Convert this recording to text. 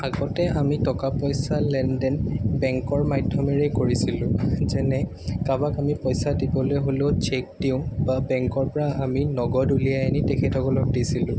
আগতে আমি টকা পইচা লেনদেন বেংকৰ মাধ্যমেৰেই কৰিছিলোঁ যেনে কাৰোবাক পইচা দিবলৈ হ'লেওঁ চেক দিওঁ বা বেংকৰপৰা আমি নগদ উলিয়াই আনি তেখেতসকলক দিছিলোঁ